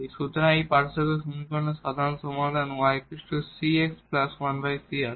সুতরাং এই পার্থক্য সমীকরণের সাধারণ সমাধান y cx 1c আসে